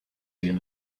even